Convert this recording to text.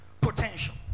potential